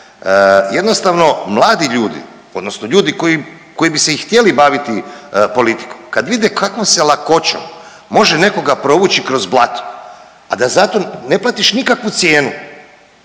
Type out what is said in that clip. jednostavno mladi ljudi odnosno ljudi koji bi se i htjeli baviti politikom kad vide kakvom se lakoćom može nekoga provući kroz blato a da za to neplatiš nikakvu cijenu